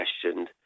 questioned